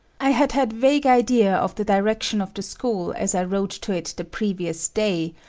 i had had vague idea of the direction of the school as i rode to it the previous day,